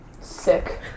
Sick